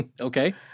okay